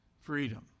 Freedom